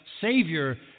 Savior